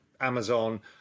Amazon